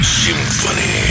symphony